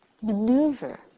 maneuver